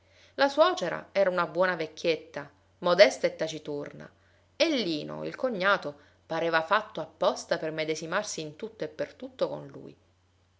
la suocera era una buona vecchietta modesta e taciturna e lino il cognato pareva fatto apposta per medesimarsi in tutto e per tutto con lui